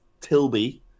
Tilby